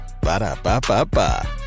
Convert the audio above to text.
Ba-da-ba-ba-ba